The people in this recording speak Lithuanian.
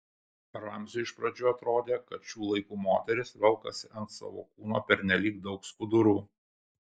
ramziui iš pradžių atrodė jog šių laikų moterys velkasi ant savo kūno pernelyg daug skudurų